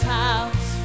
house